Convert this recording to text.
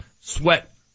sweat